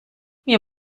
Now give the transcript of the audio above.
mir